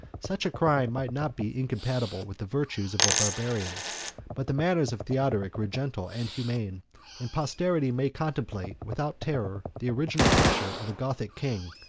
such a crime might not be incompatible with the virtues of a barbarian but the manners of theodoric were gentle and humane and posterity may contemplate without terror the original picture of a gothic king,